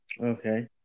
Okay